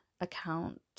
account